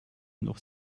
noch